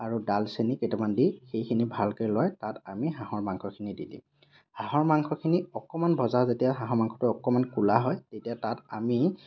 আৰু দালচেনী কেইটামান দি সেইখিনি ভালকৈ লৰাই তাত আমি হাঁহৰ মাংসখিনি দি দিম হাঁহৰ মাংসখিনি অকণমান ভজা যেতিয়া হাঁহৰ মাংসটো অকণমান ক'লা হয় তেতিয়া তাত আমি